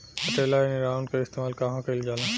पटेला या निरावन का इस्तेमाल कहवा कइल जाला?